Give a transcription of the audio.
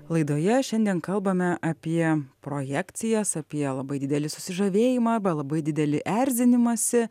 laidoje šiandien kalbame apie projekcijas apie labai didelį susižavėjimą arba labai dideli erzinimąsi